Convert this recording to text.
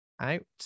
out